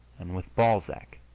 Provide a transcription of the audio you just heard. and with balzac,